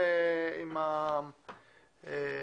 מיכל שיר על כך שנרתמה לטובת המועצה,